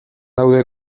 daude